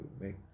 make